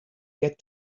get